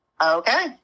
Okay